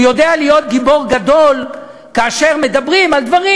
הוא יודע להיות גיבור גדול כאשר מדברים על דברים,